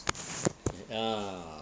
eh ah